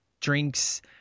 drinks